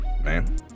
Man